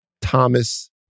Thomas